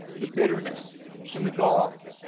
the bitterness and the gall.